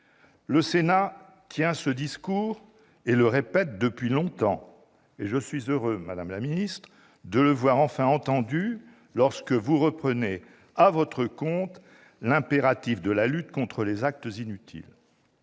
Le Sénat tient ce discours, et le répète, depuis longtemps. Je suis heureux, madame la ministre, de le voir enfin entendu, lorsque vous reprenez à votre compte l'impératif de la lutte contre les actes inutiles.